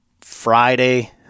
Friday